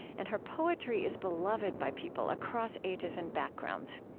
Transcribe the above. and her poetry is beloved by people across ages and backgrounds.